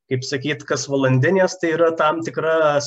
kaip sakyt kasvalandinės tai yra tam tikras